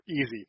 easy